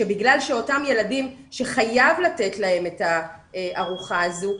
שבגלל שאותם ילדים שחייב לתת להם את הארוחה הזו,